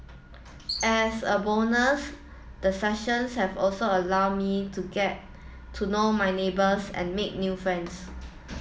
as a bonus the sessions have also allowed me to get to know my neighbours and make new friends